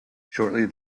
shortly